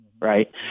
right